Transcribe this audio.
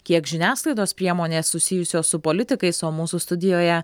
kiek žiniasklaidos priemonės susijusios su politikais o mūsų studijoje